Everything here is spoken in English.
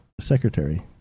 secretary